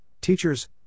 teachers